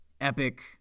epic